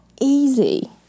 easy